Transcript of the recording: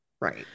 Right